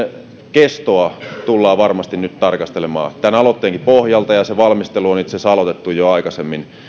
kestoa tullaan varmasti nyt tarkastelemaan tämän aloitteenkin pohjalta ja sen valmistelu on itse asiassa aloitettu jo aikaisemmin